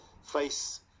face